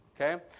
Okay